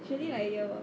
it's really like year one